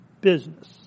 business